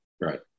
Right